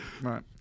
Right